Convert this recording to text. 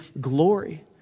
glory